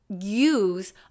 use